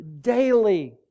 daily